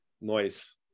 noise